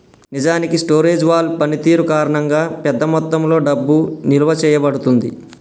నిజానికి storage wall పనితీరు కారణంగా పెద్ద మొత్తంలో డబ్బు నిలువ చేయబడుతుంది